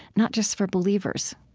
not just for believers